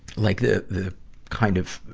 like, the, the kind of,